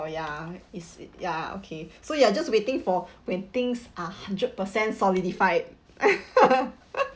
oh ya is it ya okay so you are just waiting for when things are hundred percent solidified